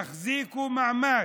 תחזיקו מעמד.